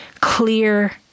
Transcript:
clear